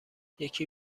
یکی